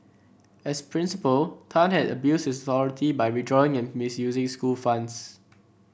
as principal Tan had abused his authority by withdrawing and misusing school funds